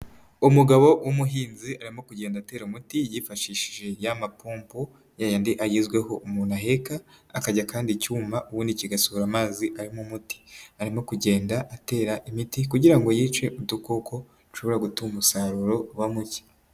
Umugabo w'umuhinzi arimo kugenda atera umuti yifashishije ya mapompo yayandi agezweho umuntu aheka akajya akanda icyuma ubundi kigasohora amazi arimo umuti, arimo kugenda atera imiti kugira ngo yice udukoko dushobora gutuma umusaruro uba muke.